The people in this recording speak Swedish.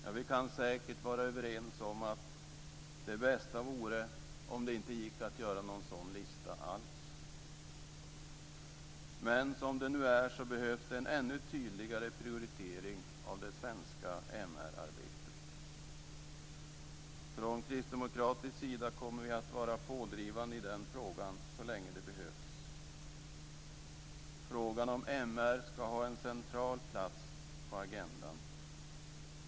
Ja, vi kan säkert vara överens om att det bästa vore om det inte gick att göra någon sådan lista alls. Men som det nu är behövs det en ännu tydligare prioritering av det svenska MR-arbetet. Från kristdemokratisk sida kommer vi att vara pådrivande i den frågan så länge det behövs. Frågan är om MR ska ha en central plats på agendan.